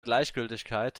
gleichgültigkeit